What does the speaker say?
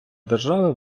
держави